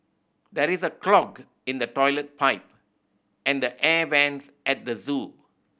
there is a clog in the toilet pipe and the air vents at the zoo